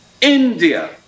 India